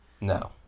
No